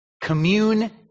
Commune